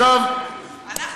איזה נאום.